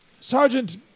Sergeant